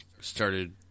started